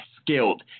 skilled